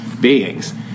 beings